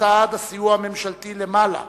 לצד הסיוע הממשלתי מלמעלה